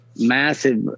massive